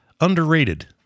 underrated